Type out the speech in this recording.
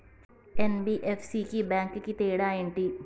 NBFC కి bank కి తేడా ఏంటి?